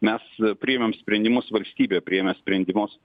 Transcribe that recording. mes priėmėm sprendimus valstybė priėmė sprendimus